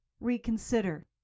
reconsider